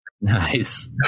Nice